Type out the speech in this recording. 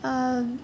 আর